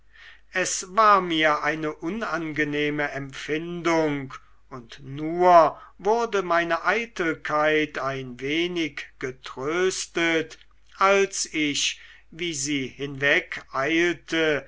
es war mir eine unangenehme empfindung und nur wurde meine eitelkeit ein wenig getröstet als ich wie sie